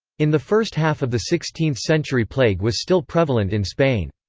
in the first half of the sixteenth century plague was still prevalent in spain.